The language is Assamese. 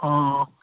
অঁ